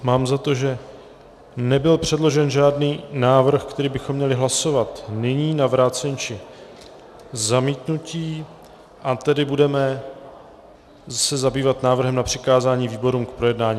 Mám za to, že nebyl předložen žádný návrh, který bychom měli hlasovat nyní, na vrácení či zamítnutí, a tedy se budeme zabývat návrhem na přikázání výborům k projednání.